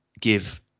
give